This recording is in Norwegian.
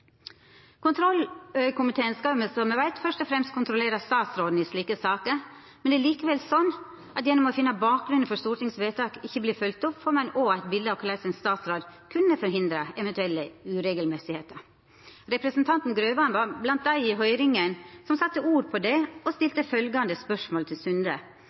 Kontrollkomiteen skal jo som me veit, først og fremst kontrollera statsråden i slike saker, men det er likevel slik at gjennom å finna bakgrunnen for at vedtak i Stortinget ikkje vert følgde opp, får ein òg eit bilete av korleis ein statsråd kunne ha forhindra eventuelle regelbrot. Representanten Grøvan var blant dei i høyringa som sette ord på det og stilte følgjande spørsmål til Sunde: